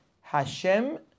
Hashem